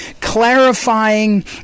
clarifying